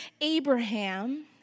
Abraham